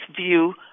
view